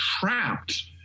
trapped